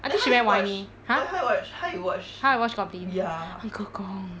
I think she very whiny !huh! how I watch goblin uncle gong